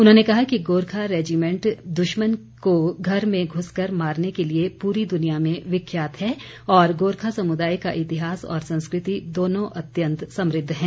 उन्होंने कहा कि गोरखा रेजिमेंट दुश्मन को घर में घुस कर मारने के लिए पूरी दुनिया में विख्यात है तथा गोरखा समुदाय का इतिहास और संस्कृति दोनों अत्यंत समृद्ध हैं